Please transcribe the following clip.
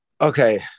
Okay